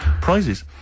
prizes